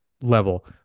level